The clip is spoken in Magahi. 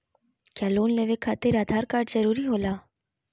क्या लोन लेवे खातिर आधार कार्ड जरूरी होला?